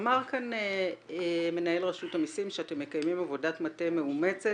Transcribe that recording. אמר כאן מנהל רשות המסים שאתם מקיימים עבודת מטה מאומצת